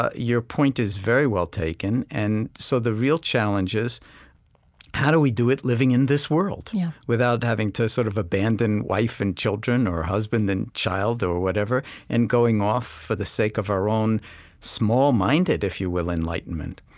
ah your point is very well taken and so the real challenge is how do we do it living in this world? yeah without having to sort of abandon wife and children or husband and child or whatever and going off for the sake of our own small-minded, if you will, enlightenment?